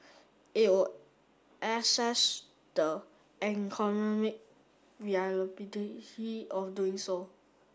it will assess the of doing so